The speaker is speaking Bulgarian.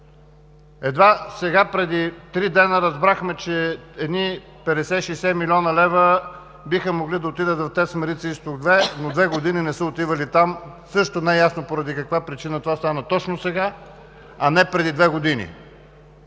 Едва сега преди три дни разбрахме, че едни 50 – 60 млн. лв. биха могли да отидат в ТЕЦ „Марица изток 2“, но две години не са отивали там. Също не е ясно поради каква причина това стана точно сега, а не преди две години?